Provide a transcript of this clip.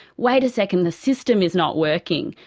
wait a second, the system is not working.